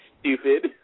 stupid